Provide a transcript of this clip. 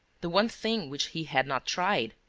the one thing which he had not tried,